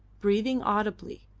breathing audibly,